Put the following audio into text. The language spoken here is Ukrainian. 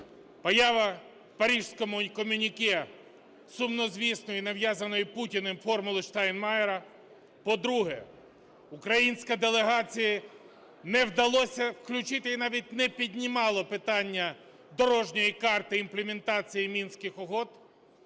Поява у Паризькому комюніке сумнозвісної нав'язаної Путіним "формули Штайнмайєра". По-друге, українській делегації не вдалося включити і навіть не піднімали питання дорожньої карти імплементації Мінських угод.